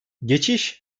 geçiş